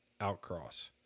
outcross